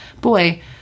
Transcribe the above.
boy